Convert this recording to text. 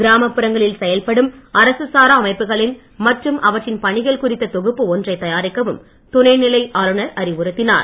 கிராமப்புறங்களில் செயல்படும் அரசு சாரா அமைப்புகள் மற்றும் அவற்றின் பணிகள் குறித்த தொகுப்பு ஒன்றை தயாரிக்கவும் துணை நிலை ஆளுநர் அறிவுறுத்தினார்